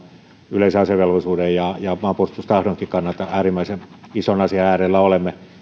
yleisen asevelvollisuuden ja maanpuolustustahdonkin kannalta äärimmäisen ison asian äärellä olemme